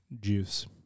juice